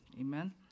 Amen